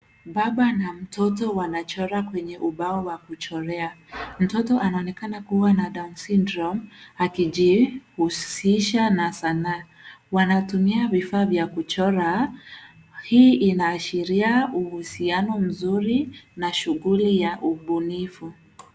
Baba na mtoto wanachora kwenye ubao wa kuchorea. Mtoto anaonekana kuwa na Down syndrome ,akijihusisha na sanaa. Wanatumia vifaa vya kuchora. Hii inaashiria uhusiano mzuri na shughuli ya ubunifu.